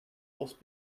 was